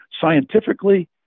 scientifically